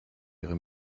ihre